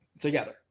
together